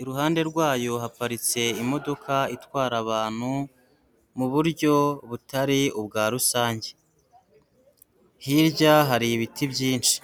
iruhande rwayo haparitse imodoka itwara abantu mu buryo butari ubwa rusange. Hirya hari ibiti byinshi.